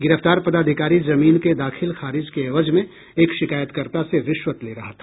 गिरफ्तार पदाधिकारी जमीन के दाखिल खारिज के एवज में एक शिकायतकर्ता से रिश्वत ले रहा था